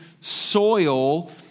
soil